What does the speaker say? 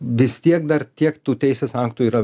vis tiek dar tiek tų teisės aktų yra